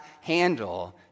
handle